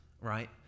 right